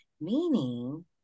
meaning